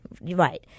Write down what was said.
Right